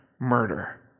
Murder